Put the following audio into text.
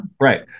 right